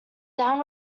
down